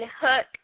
Hook